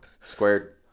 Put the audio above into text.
squared